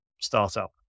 startup